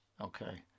Okay